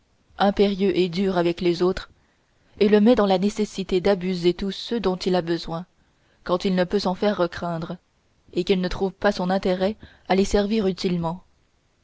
impérieux et dur avec les autres et le met dans la nécessité d'abuser tous ceux dont il a besoin quand il ne peut s'en faire craindre et qu'il ne trouve pas son intérêt à les servir utilement